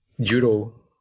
judo